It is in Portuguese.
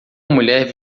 mulher